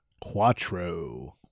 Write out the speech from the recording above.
Quattro